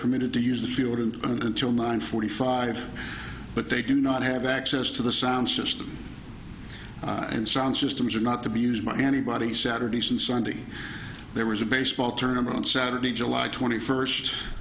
permitted to use the field and until nine forty five but they do not have access to the sound system and sound systems are not to be used by anybody saturday and sunday there was a baseball tournament saturday july twenty first